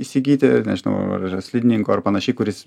įsigyti nežinau ar slidininko ar panašiai kuris